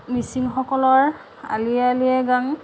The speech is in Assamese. মিচিংসকলৰ আলি আঃয়ে লৃগাং